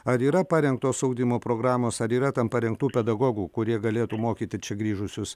ar yra parengtos ugdymo programos ar yra tam parengtų pedagogų kurie galėtų mokyti čia grįžusius